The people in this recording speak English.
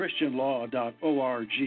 Christianlaw.org